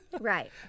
right